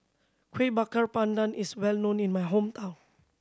Kuih Bakar Pandan is well known in my hometown